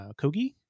Kogi